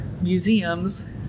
museums